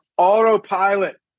Autopilot